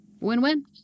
win-win